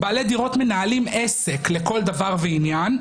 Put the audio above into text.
בעלי דירות מנהלים עסק לכל דבר ועניין,